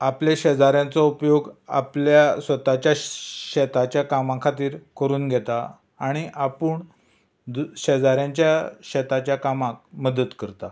आपल्या शेजाऱ्यांचो उपयोग आपल्या स्वताच्या शेताच्या कामा खातीर करून घेता आनी आपूण दु शेजाऱ्यांच्या शेताच्या कामाक मदत करता